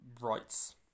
rights